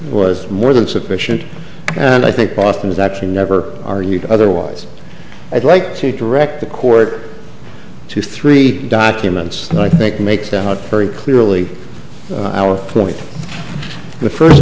was more than sufficient and i think boston is actually never argued otherwise i'd like to direct the court to three documents that i think makes out very clearly our point the first